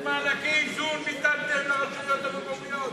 ביטלתם את מענקי האיזון לרשויות המקומיות.